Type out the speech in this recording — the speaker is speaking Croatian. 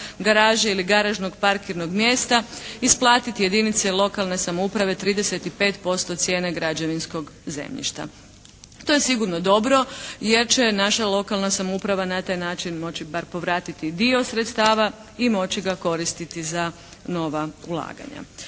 garaže ili garažnog parkirnog mjesta isplatiti jedinici lokalne samouprave 35% cijene građevinskog zemljišta. To je sigurno dobro jer će naša lokalna samouprava na taj način moći bar povratiti dio sredstava i moći ga koristiti za nova ulaganja.